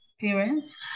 parents